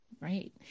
Right